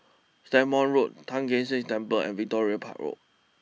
Stagmont Road Tai Kak Seah Temple and Victoria Park Road